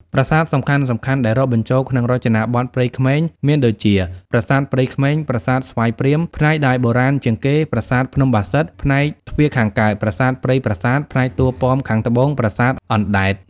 ប្រាសាទសំខាន់ៗដែលរាប់បញ្ចូលក្នុងរចនាបថព្រៃក្មេង មានដូចជា ប្រាសាទព្រៃក្មេង ប្រាសាទស្វាយព្រាម ផ្នែកដែលបុរាណជាងគេ ប្រាសាទភ្នំបាសិទ្ធ ផ្នែកទ្វារខាងកើត ប្រាសាទព្រៃប្រាសាទ ផ្នែកតួប៉មខាងត្បូង ប្រាសាទអណ្តែត ។